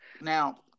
Now